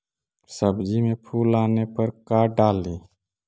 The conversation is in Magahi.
सब्जी मे फूल आने पर का डाली?